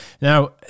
Now